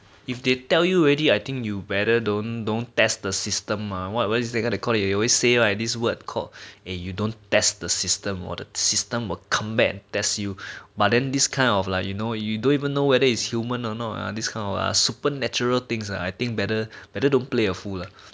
if they tell you already I think you better don't don't test the system ah !wah! what is that word they call it you always say right this word called eh you don't test the system or the system will come back and test you but then this kind of like you know you don't even though it is human or not ya this kind of ah supernatural things ah I think better better don't play a fool